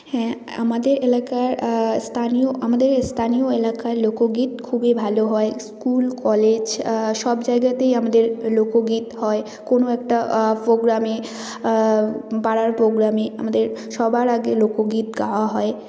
হ্যাঁ আমাদের এলাকার স্তানীয় আমাদের স্থানীয় এলাকার লোকগীত খুবই ভালো হয় স্কুল কলেজ সব জায়গাতেই আমাদের লোকগীত হয় কোনো একটা প্রোগামে পাড়ার প্রোগামে আমাদের সবার আগে লোকগীত গাওয়া হয়